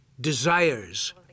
desires